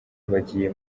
bagiye